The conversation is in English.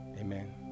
Amen